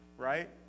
right